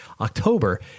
October